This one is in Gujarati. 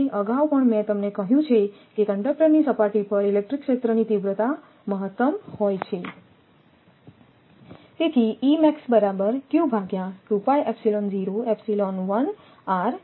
કારણ કે અગાઉ પણ મેં તમને કહ્યું છે કે કંડક્ટરની સપાટી પર ઇલેક્ટ્રિક ક્ષેત્રની તીવ્રતા મહત્તમ હોય છે